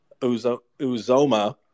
Uzoma